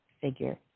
figure